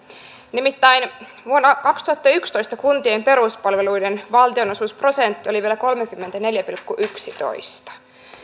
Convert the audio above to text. nimittäin vuonna kaksituhattayksitoista kuntien peruspalveluiden valtionosuusprosentti oli vielä kolmekymmentäneljä pilkku yksitoista